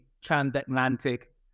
transatlantic